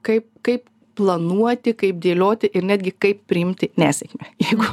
kaip kaip planuoti kaip dėlioti ir netgi kaip priimti nesėkmę jeigu